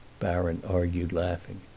baron argued, laughing.